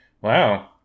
Wow